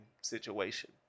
situation